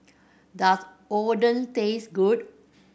does Oden taste good